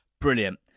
brilliant